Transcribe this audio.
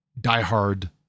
diehard